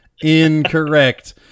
incorrect